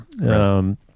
Right